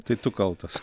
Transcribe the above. tai tu kaltas